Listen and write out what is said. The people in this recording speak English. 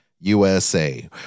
USA